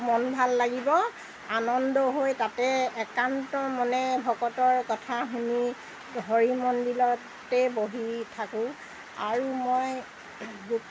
মন ভাল লাগিব আনন্দ হৈ তাতে একান্ত মনে ভকতৰ কথা শুনি হৰি মন্দিৰতে বহি থাকোঁ আৰু মই